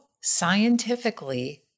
scientifically